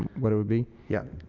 what it would be. yeah.